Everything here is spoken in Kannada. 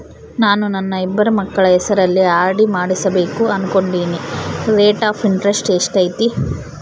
ನಾನು ನನ್ನ ಇಬ್ಬರು ಮಕ್ಕಳ ಹೆಸರಲ್ಲಿ ಆರ್.ಡಿ ಮಾಡಿಸಬೇಕು ಅನುಕೊಂಡಿನಿ ರೇಟ್ ಆಫ್ ಇಂಟರೆಸ್ಟ್ ಎಷ್ಟೈತಿ?